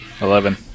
Eleven